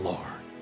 Lord